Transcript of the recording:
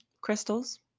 crystals